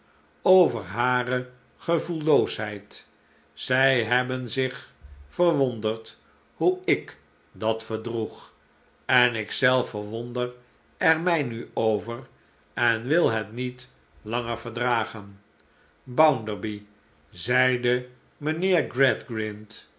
over hare gevoelloosheid zij hebben zich verwonderd hoe ik dat verdroeg en ik zelf verwonder er mij nu over en wil het niet langer verdragen bounderby zeide mijnheer